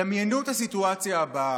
דמיינו את הסיטואציה הבאה: